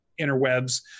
interwebs